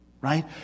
right